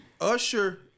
Usher